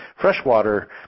freshwater